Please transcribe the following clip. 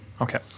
Okay